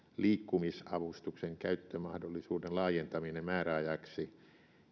liikkumisavustuksen käyttömahdollisuuden laajentaminen määräajaksi